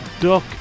duck